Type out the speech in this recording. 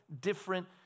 different